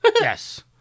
Yes